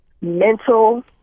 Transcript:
mental